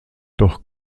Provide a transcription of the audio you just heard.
doch